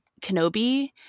Kenobi